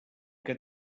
que